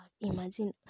Imagine